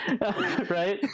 right